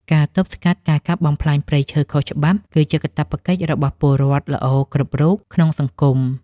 ការទប់ស្កាត់ការកាប់បំផ្លាញព្រៃឈើខុសច្បាប់ គឺជាកាតព្វកិច្ចរបស់ពលរដ្ឋល្អគ្រប់រូបក្នុងសង្គម។